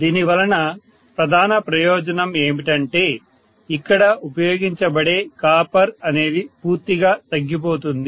దీనివలన ప్రధాన ప్రయోజనం ఏమిటంటే ఇక్కడ ఉపయోగించబడే కాపర్ అనేది పూర్తిగా తగ్గిపోతుంది